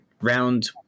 round